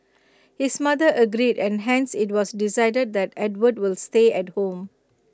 his mother agreed and hence IT was decided that Edward will stay at home